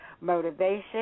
Motivation